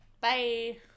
Bye